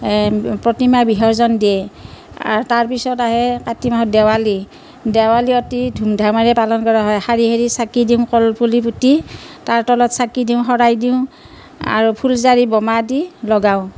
প্ৰতিমা বিসৰ্জন দিয়ে তাৰপিছত আহে কাতি মাহত দেৱালী দেৱালী অতি ধুমধামেৰে পালন কৰা হয় শাৰী শাৰী চাকি দিওঁ কলপুলি পুতি তাৰ তলত চাকি দিওঁ শৰাই দিওঁ আৰু ফুলজাৰী বোমা দি লগাওঁ